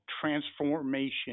transformation